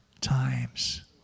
times